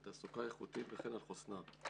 על תעסוקה איכותית וכן על חוסנה.